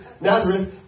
Nazareth